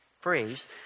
phrase